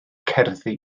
cerddi